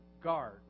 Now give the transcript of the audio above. Guard